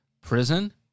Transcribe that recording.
prison